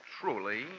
truly